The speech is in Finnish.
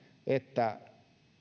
että